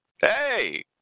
hey